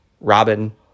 Robin